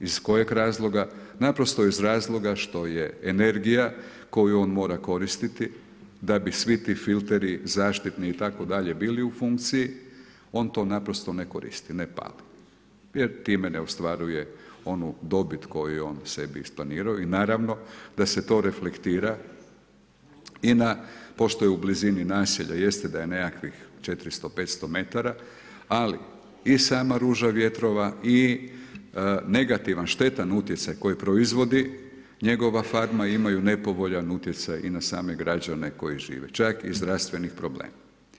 Iz kojeg razloga, naprosto iz razloga što je energija koju on mora koristiti da bi svi ti filteri, zaštitni bili u funkciji, on to naprosto ne koristim ne pali jer time ne ostvaruje onu dobit koju je on sebi isplanirao i naravno da se to reflektira i potpuno je u blizini naselje, jeste da je nekakvih 400, 500 metara ali i sama ruža vjetrova i negativan, štetan utjecaj koji proizvodi njegova farma imaju nepovoljan utjecaj i na same građane koji žive čak i zdravstvenih problema.